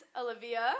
Olivia